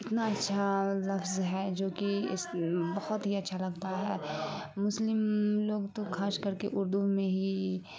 اتنا اچھا لفظ ہے جوکہ اس بہت ہی اچھا لگتا ہے مسلم لوگ تو خاص کر کے اردو میں ہی